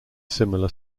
similar